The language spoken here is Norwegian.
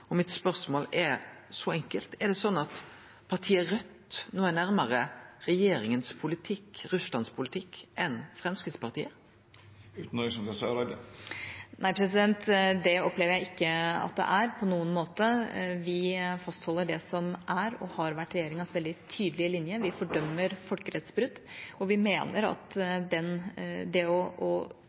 spørsmålet mitt er enkelt: Er det slik at partiet Raudt no er nærmare regjeringa sin Russlands-politikk enn Framstegspartiet? Nei, det opplever jeg ikke at det er på noen måte. Vi fastholder det som er og har vært regjeringas veldig tydelige linje. Vi fordømmer folkerettsbrudd, og vi mener at det å